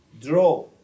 draw